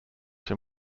from